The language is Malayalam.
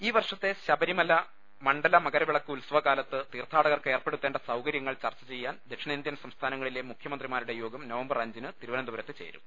ഈ വർഷത്തെ ശബരിമല മണ്ഡല മകരവിളക്ക് ഉത്സവകാ ലത്ത് തീർത്ഥാടകർക്ക് ഏർപ്പെടുത്തേണ്ട സൌകര്യങ്ങൾ ചർച്ച ചെയ്യാൻ ദക്ഷിണേന്തൃൻ സംസ്ഥാനങ്ങളിലെ മുഖ്യമന്ത്രിമാരുടെ യോഗം നവംബർ അഞ്ചിന് തിരുവനന്തപുരത്ത് ചേരും